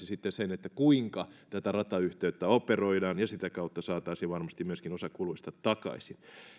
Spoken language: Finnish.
sitten sen kuinka ratayhteyttä operoidaan ja sitä kautta saataisiin varmasti myöskin osa kuluista takaisin kaikki